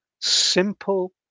simple